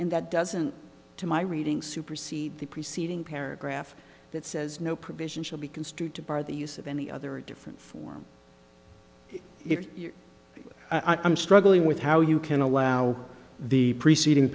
and that doesn't to my reading supersede the preceding paragraph that says no provision shall be construed to bar the use of any other different form if i'm struggling with how you can allow the preceding